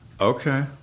Okay